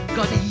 God